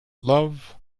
love